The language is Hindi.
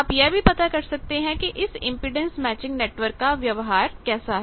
आप यह भी पता कर सकते हैं कि इस इंपेडेंस मैचिंग नेटवर्क का व्यवहार कैसा है